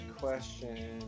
question